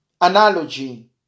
analogy